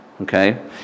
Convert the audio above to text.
Okay